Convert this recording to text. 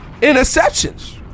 Interceptions